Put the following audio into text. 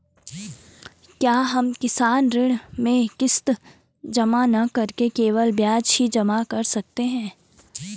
क्या हम किसान ऋण में किश्त जमा न करके केवल ब्याज ही जमा कर सकते हैं?